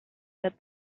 that